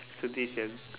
so this is your